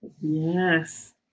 Yes